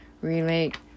relate